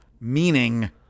Meaning